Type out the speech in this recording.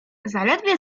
zaledwie